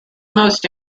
most